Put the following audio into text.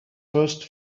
first